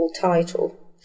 title